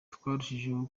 twarushijeho